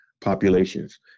populations